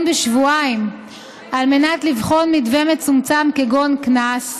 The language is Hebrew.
בשבועיים על מנת לבחון מתווה מצומצם כגון קנס.